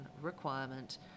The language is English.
requirement